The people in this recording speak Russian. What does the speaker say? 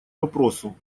вопросу